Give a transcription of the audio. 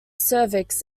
cervix